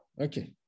Okay